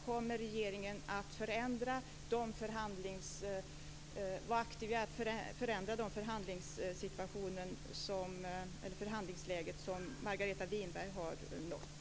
Kommer regeringen att förändra det förhandlingsläge som Margareta Winberg har nått?